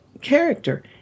character